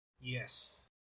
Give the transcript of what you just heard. Yes